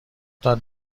داد